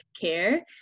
care